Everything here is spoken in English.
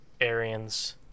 Arians